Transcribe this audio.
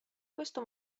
questo